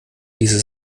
ließe